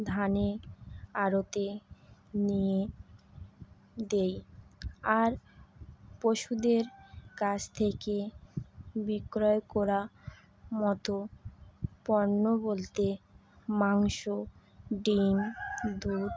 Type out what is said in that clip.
ধানের আড়তে নিয়ে দেই আর পশুদের কাছ থেকে বিক্রয় করা মতো পণ্য বলতে মাংস ডিম দুধ